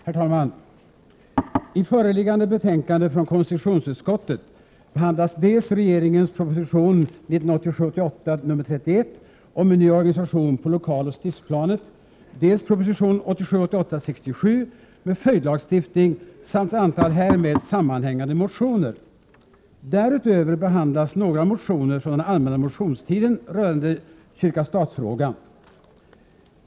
Herr talman! I föreliggande betänkande från konstitutionsutskottet behandlas dels regeringens proposition 1987 88:67 med följdlagstiftning samt ett antal härmed sammanhängande motioner. Därutöver behandlas några motioner från allmänna motionstiden rörande kyrka-stat-frågan.